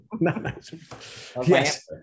Yes